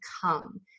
come